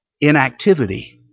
inactivity